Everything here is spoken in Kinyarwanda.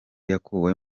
yakuwe